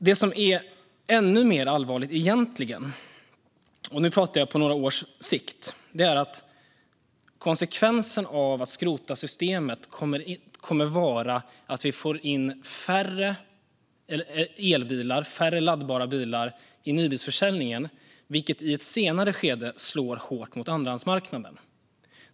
Det som egentligen är ännu mer allvarligt - och nu talar jag på några års sikt - är att konsekvensen av att skrota systemet kommer att vara att vi får in färre elbilar och laddbara bilar i nybilsförsäljningen, vilket i ett senare skede slår hårt mot andrahandsmarknaden.